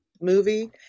movie